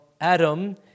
Adam